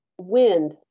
wind